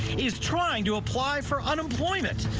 is trying to apply for unemployment.